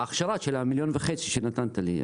ההכשרה של ה-1.5 מיליון שנתת לי.